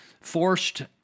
Forced